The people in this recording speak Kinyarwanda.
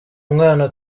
umwana